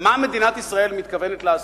מה מדינת ישראל מתכוונת לעשות?